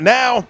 now